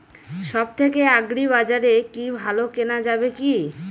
সব থেকে আগ্রিবাজারে কি ভালো কেনা যাবে কি?